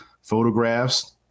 photographs